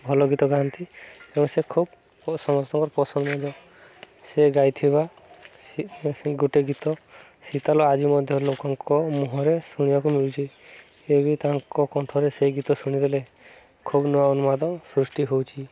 ଭଲ ଗୀତ ଗାଆନ୍ତି ଏବଂ ସେ ଖୁବ୍ ସମସ୍ତଙ୍କର ପସନ୍ଦିତ ସେ ଗାଇଥିବା ସେ ସେ ଗୋଟେ ଗୀତ ଶୀତଲ ଆଜି ମଧ୍ୟ ଲୋକଙ୍କ ମୁହଁରେ ଶୁଣିବାକୁ ମିଳୁଛି ଏ ବି ତାଙ୍କ କଣ୍ଠରେ ସେ ଗୀତ ଶୁଣିଦେଲେ ଖୁବ ନୂଆ ଅନୁବାଦ ସୃଷ୍ଟି ହେଉଛି